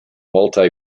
multi